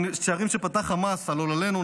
הם שערים שפתח חמאס על עוללינו,